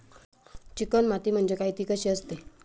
Chicken माती म्हणजे काय? ति कशी असते?